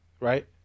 right